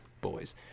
Boys